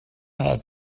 had